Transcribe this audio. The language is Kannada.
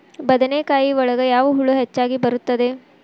ಬದನೆಕಾಯಿ ಒಳಗೆ ಯಾವ ಹುಳ ಹೆಚ್ಚಾಗಿ ಬರುತ್ತದೆ?